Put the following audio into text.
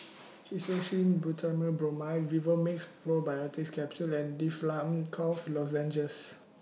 Hyoscine Butylbromide Vivomixx Probiotics Capsule and Difflam Cough Lozenges